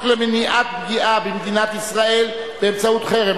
למניעת פגיעה במדינת ישראל באמצעות חרם,